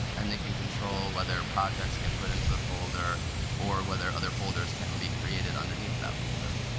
and they can control whether projects get put into the folder or whether other folders can be created underneath that folder.